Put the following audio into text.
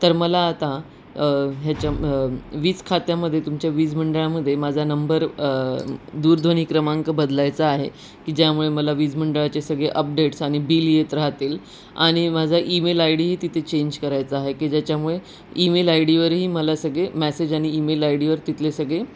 तर मला आता ह्याच्या वीज खात्यामध्ये तुमच्या वीज मंडळामध्ये माझा नंबर दूरध्वनी क्रमांक बदलायचा आहे की ज्यामुळे मला वीज मंडळाचे सगळे अपडेट्स आणि बिल येत राहतील आणि माझा ईमेल आय डीही तिथे चेंज करायचा आहे की ज्याच्यामुळे ईमेल आय डीवरही मला सगळे मॅसेज आणि ईमेल आय डीवर तिथले सगळे